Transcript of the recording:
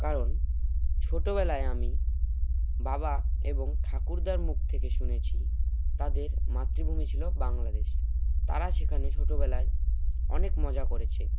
কারণ ছোটোবেলায় আমি বাবা এবং ঠাকুরদার মুখ থেকে শুনেছি তাদের মাতৃভূমি ছিল বাংলাদেশ তারা সেখানে ছোটোবেলায় অনেক মজা করেছে